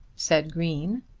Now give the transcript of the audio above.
said green.